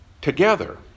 together